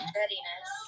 readiness